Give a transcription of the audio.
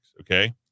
okay